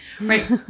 Right